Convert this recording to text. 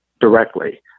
directly